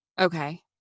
Okay